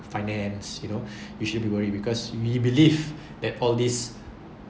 finance you know we shouldn't be worry because we believe that all these